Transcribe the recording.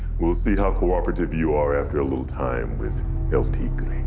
we'll see how cooperative you are after a little time with el tigre